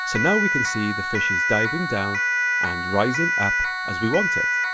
so now we can see the fish is diving down and rising up as we want it.